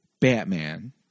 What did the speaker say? Batman